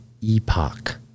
epoch